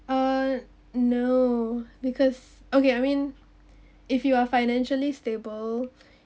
uh no because okay I mean if you are financially stable